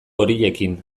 horiekin